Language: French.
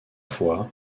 fois